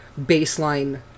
baseline